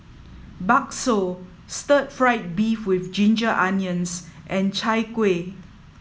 Bakso Stir Fried Beef With Ginger Onions and Chai Kueh